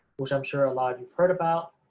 which i'm sure ah lot of you've heard about,